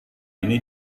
ini